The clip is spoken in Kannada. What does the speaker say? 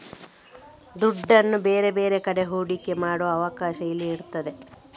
ದುಡ್ಡನ್ನ ಬೇರೆ ಬೇರೆ ಕಡೆ ಹೂಡಿಕೆ ಮಾಡುವ ಅವಕಾಶ ಇಲ್ಲಿ ಇರ್ತದೆ